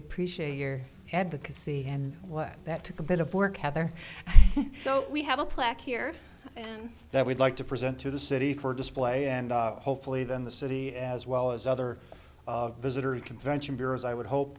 appreciate your advocacy and what that took a bit of work heather so we have a plaque here that we'd like to present to the city for display and hopefully then the city as well as other visitors convention bureaus i would hope